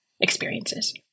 experiences